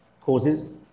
causes